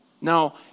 Now